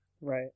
Right